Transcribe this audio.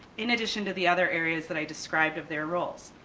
in addition to the other areas that i described of their roles.